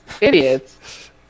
Idiots